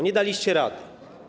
Nie daliście rady.